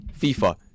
FIFA